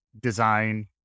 design